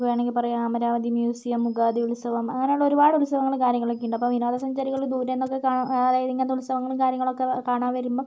നമുക്ക് വേണമെങ്കിൽ പറയാം അമരാവതി മ്യൂസിയം യുഗാദി ഉത്സവം അങ്ങനെയുള്ള ഒരുപാട് ഉത്സവങ്ങൾ കാര്യങ്ങളൊക്കെ ഉണ്ട് അപ്പോൾ വിനോദസഞ്ചാരികൾ ദൂരെന്നൊക്കെ കാണാൻ അതായത് ഇങ്ങനത്തെ ഉത്സവങ്ങൾ കാര്യങ്ങളൊക്കെ കാണാൻ വരുമ്പം